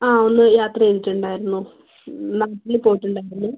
അ ഒന്ന് യാത്ര ചെയ്തിട്ടുണ്ടായിരുന്നു നാട്ടില് പോയിട്ടുണ്ടായിരുന്നു